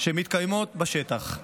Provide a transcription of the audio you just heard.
שמתקיימות בשטח.